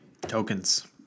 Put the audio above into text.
Tokens